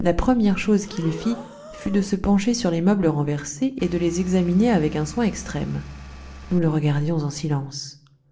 la première chose qu'il fit fut de se pencher sur les meubles renversés et de les examiner avec un soin extrême nous le regardions en silence